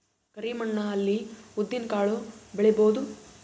ಕರಿ ಮಣ್ಣ ಅಲ್ಲಿ ಉದ್ದಿನ್ ಕಾಳು ಬೆಳಿಬೋದ?